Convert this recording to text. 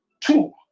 Two